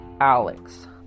Alex